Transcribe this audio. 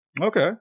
Okay